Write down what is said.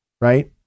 Right